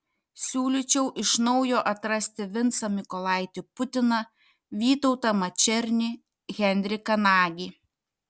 siūlyčiau iš naujo atrasti vincą mykolaitį putiną vytautą mačernį henriką nagį